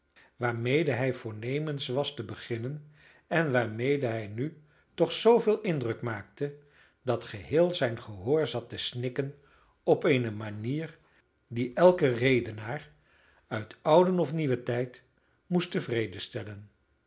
waarmede hij voornemens was te beginnen en waarmede hij nu toch zooveel indruk maakte dat geheel zijn gehoor zat te snikken op eene manier die elken redenaar uit ouden of nieuwen tijd moest tevreden stellen